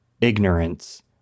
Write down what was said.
ignorance